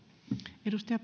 arvoisa